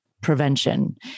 prevention